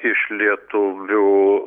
iš lietuvių